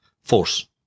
force